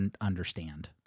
understand